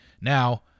now